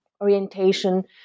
orientation